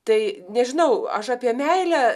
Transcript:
tai nežinau aš apie meilę